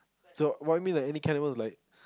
so what I mean like any kind of animals is like